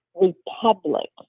republic